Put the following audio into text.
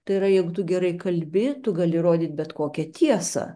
tai yra jeigu tu gerai kalbi tu gali įrodyt bet kokią tiesą